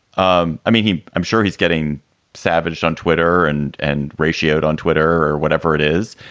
um i mean, he i'm sure he's getting savaged on twitter and and ratio's on twitter or whatever it is,